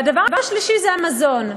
והדבר השלישי זה המזון,